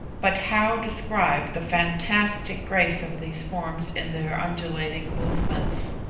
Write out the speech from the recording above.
but how describe the fantastic grace of these forms in their undulating movements!